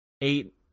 eight